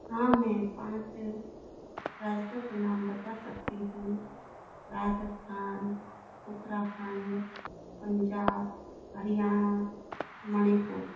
हाँ मैं पाँच राज्यों के नाम बता सकती हूँ राजस्थान उत्तराखंड पंजाब हरियाणा मणिपुर